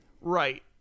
Right